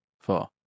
Four